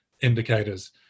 indicators